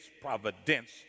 providence